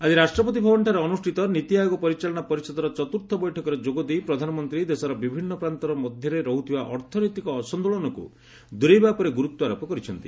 ଆଜି ରାଷ୍ଟପତି ଭବନଠାରେ ଅନୁଷ୍ଠିତ ନିତି ଆୟୋଗ ପରିଚାଳନା ପରିଷଦର ଚତୁର୍ଥ ବୈଠକରେ ଯୋଗ ଦେଇ ପ୍ରଧାନମନ୍ତ୍ରୀ ଦେଶର ବିଭିନ୍ନ ପ୍ରାନ୍ତର ମଧ୍ୟରେ ରହୁଥିବା ଅର୍ଥନୈତିକ ଅସନ୍ତୁଳନକୁ ଦୂରେଇବା ଉପରେ ଗୁରୁତ୍ୱାରୋପ କରିଛନ୍ତି